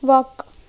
وق